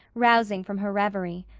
rousing from her reverie.